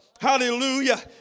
Hallelujah